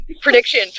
Prediction